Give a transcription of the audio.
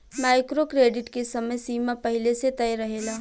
micro credit के समय सीमा पहिले से तय रहेला